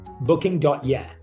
Booking.yeah